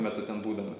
metu ten būdamas